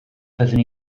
fydden